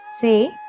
Say